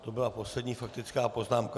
To byla poslední faktická poznámka.